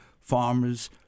farmers